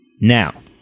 now